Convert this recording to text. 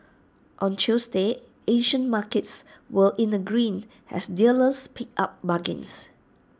on Tuesday Asian markets were in the green as dealers picked up bargains